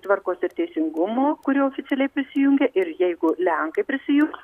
tvarkos ir teisingumo kuri oficialiai prisijungė ir jeigu lenkai prisijungs